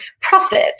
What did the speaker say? profit